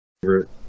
favorite